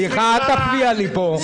סליחה, אל תפריע לי פה.